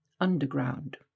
underground